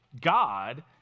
God